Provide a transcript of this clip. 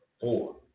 Four